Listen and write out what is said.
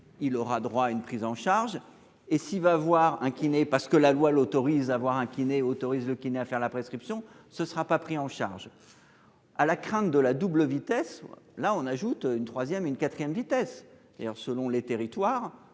il aura droit à une prise en charge et s'il va voir un kiné parce que la loi l'autorise à avoir un kiné autorise le kiné à faire la prescription, ce sera pas pris en charge. À la crainte de la double vitesse là on ajoute une 3ème, une 4ème vitesse et ailleurs selon les territoires.